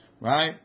right